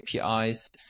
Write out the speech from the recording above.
APIs